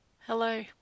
hello